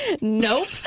Nope